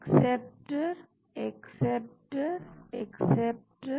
acceptor acceptor acceptor